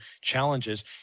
challenges